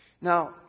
Now